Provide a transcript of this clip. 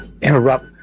interrupt